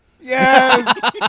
Yes